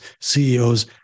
CEOs